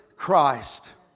Christ